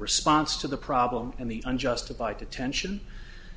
response to the problem and the unjustified detention